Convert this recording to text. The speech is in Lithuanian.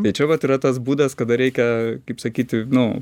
tai čia vat yra tas būdas kada reikia kaip sakyti nu